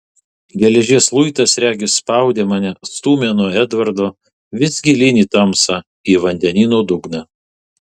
geležies luitas regis spaudė mane stūmė nuo edvardo vis gilyn į tamsą į vandenyno dugną